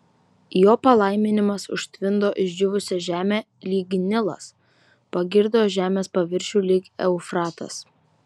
jo palaiminimas užtvindo išdžiūvusią žemę lyg nilas pagirdo žemės paviršių lyg eufratas